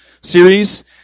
series